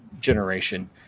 generation